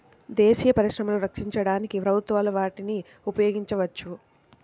దేశీయ పరిశ్రమలను రక్షించడానికి ప్రభుత్వాలు వాటిని ఉపయోగించవచ్చు